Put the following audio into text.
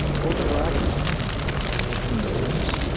both iraqis and americans. i had tremendous